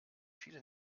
viele